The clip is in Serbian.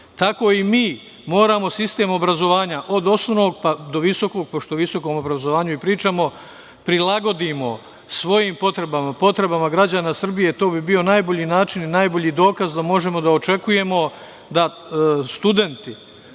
i mi moramo sistem obrazovanja, od osnovnog pa do visokog, pošto o visokom obrazovanju i pričamo, da prilagodimo svojim potrebama, potrebama građana Srbije. To bi bio najbolji način i najbolji dokaz da možemo da očekujemo da studenti